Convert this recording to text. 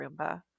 roomba